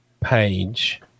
page